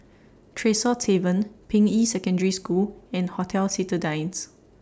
Tresor Tavern Ping Yi Secondary School and Hotel Citadines